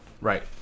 Right